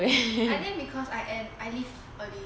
I think because I end I leave early